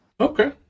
Okay